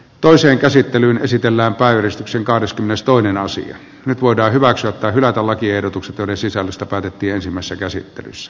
toisen käsittelyn esitellä vahvistuksen kahdeskymmenestoinen nyt voidaan hyväksyä tai hylätä lakiehdotukset joiden sisällöstä päätettiin ensimmäisessä käsittelyssä